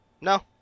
No